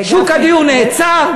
שוק הדיור נעצר.